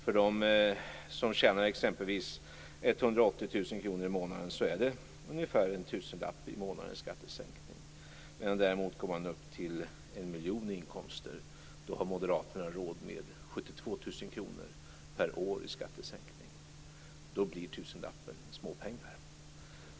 För dem som tjänar exempelvis 180 000 kr blir det ungefär en tusenlapp i månaden i skattesänkning. Går man däremot upp till 1 miljon i inkomster har moderaterna råd med 72 000 kr per år i skattesänkning. Då blir tusenlappen småpengar.